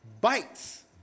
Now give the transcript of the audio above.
bites